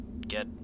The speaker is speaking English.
get